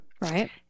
Right